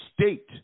state